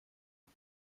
you